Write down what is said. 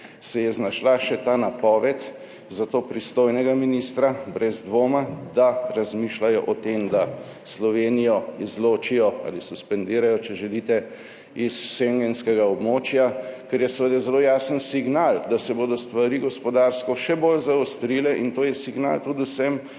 se je znašla še ta napoved za to pristojnega ministra, brez dvoma, da razmišljajo o tem, da slovenijo izločijo ali suspendirajo, če želite, iz schengenskega območja, kar je seveda zelo jasen signal, da se bodo stvari gospodarsko še bolj zaostrile. In to je signal tudi vsem,